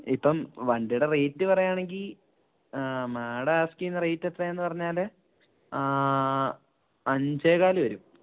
ഇപ്പം വണ്ടിയുടെ റേറ്റ് പറയുകയാണെങ്കില് മാഡം ആസ്ക്ക് ചെയ്യുന്ന റേറ്റ് എത്രയാണെന്ന് പറഞ്ഞാല് അഞ്ചേകാല് വരും